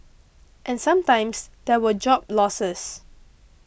and sometimes there were job losses